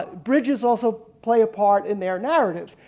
ah bridges also play a part in their narrative,